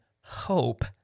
hope